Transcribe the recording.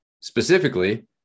specifically